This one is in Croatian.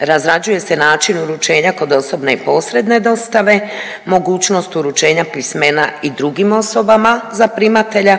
Razrađuje se način uručenja kod osobne i posredne dostave, mogućnost uručenja pismena i drugim osobama za primatelja,